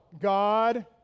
God